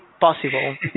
possible